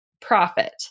profit